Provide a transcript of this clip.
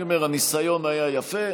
אני אומר, הניסיון היה יפה.